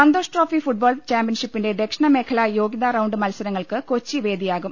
Santhosh trophy football ചാമ്പൃൻഷിപ്പിന്റെ ദക്ഷിണ മേഖല യോഗൃതാറൌണ്ട് മത്സരങ്ങൾക്ക് കൊച്ചി വേദിയാകും